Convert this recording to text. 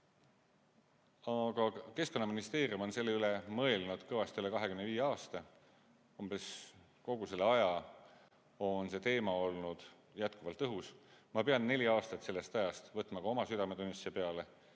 Keskkonnaministeerium on selle üle mõelnud kõvasti üle 25 aasta. Peaaegu kogu selle aja on see teema olnud jätkuvalt õhus. Ma pean neli aastat sellest ajast võtma ka oma südametunnistuse peale.